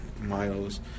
miles